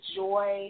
joy